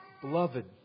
Beloved